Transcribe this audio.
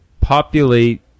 populate